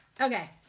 Okay